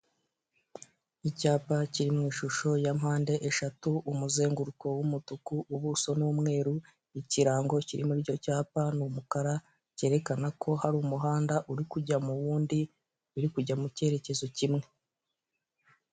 Icyapa kiri mu ishusho ya mpande eshatu umuzenguruko w'umutuku ubuso ni umweru ikirango kiri muri icyo cyapa ni umukara kerekana ko hari umuhanda uri mu wundi uri kujya mu cyerekezo kimwe.